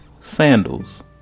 sandals